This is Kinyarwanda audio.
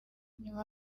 nyuma